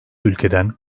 ülkeden